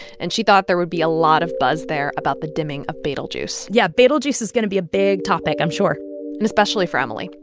and she thought there would be a lot of buzz there about the dimming of betelgeuse yeah, betelgeuse is going to be a big topic, i'm sure and especially for emily.